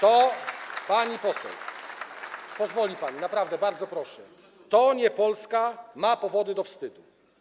To - pani poseł, pozwoli pani, naprawdę bardzo proszę - nie Polska ma powody do wstydu.